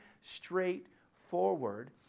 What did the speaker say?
straightforward